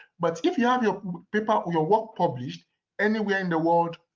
but if you have your paper on your work published anywhere in the world,